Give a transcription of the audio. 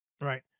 Right